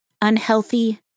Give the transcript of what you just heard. unhealthy